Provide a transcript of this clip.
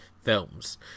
Films